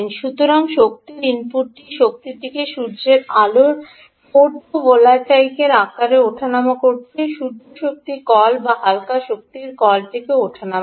সুতরাং শক্তিটি ইনপুট শক্তিটিকে সূর্যের আলো ফোটোভোলটাইকের আকারে ওঠানামা করছে সূর্য শক্তি Machine বা হালকা শক্তি Machineটিকে ওঠানামা করে